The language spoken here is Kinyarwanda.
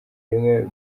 rimwe